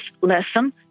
lesson